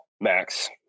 Max